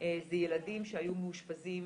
זה ילדים שהיו מאושפזים